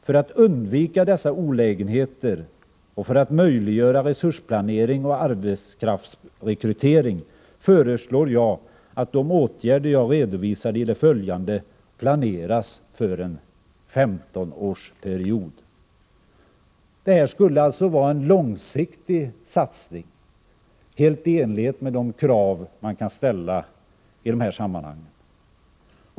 För att undvika dessa olägenheter och för att möjliggöra resursplanering och arbetskraftsrekrytering föreslår jag att de åtgärder jag redovisar i det följande planeras för en 15-årsperiod.” Det här skulle alltså vara en långsiktig satsning, helt i linje med de krav man skall ställa i dessa sammanhang.